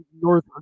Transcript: North